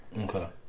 Okay